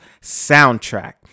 soundtrack